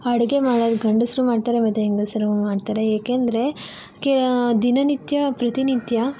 ಅಡುಗೆ ಮಾಡಲು ಗಂಡಸರು ಮಾಡ್ತಾರೆ ಮತ್ತೆ ಹೆಂಗಸರು ಮಾಡ್ತಾರೆ ಏಕೆಂದ್ರೆ ಕೇ ದಿನನಿತ್ಯ ಪ್ರತಿನಿತ್ಯ